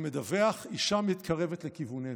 מדווח: אישה מתקרבת לכיווננו.